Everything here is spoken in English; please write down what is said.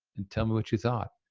and tell me what you thought.